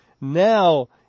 now